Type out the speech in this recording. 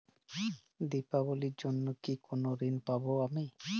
দীপাবলির জন্য কি কোনো ঋণ পাবো আমি?